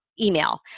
email